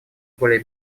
более